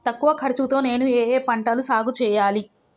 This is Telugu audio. తక్కువ ఖర్చు తో నేను ఏ ఏ పంటలు సాగుచేయాలి?